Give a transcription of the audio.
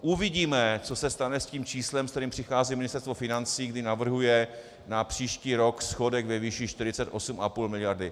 Uvidíme, co se stane s tím číslem, se kterým přichází Ministerstvo financí, kdy navrhuje na příští rok schodek ve výši 48,5 mld.